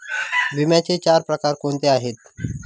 विम्याचे चार प्रकार कोणते आहेत?